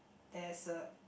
there is a